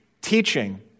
teaching